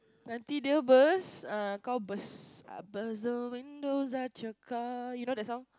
I burst the windows out your car you know that song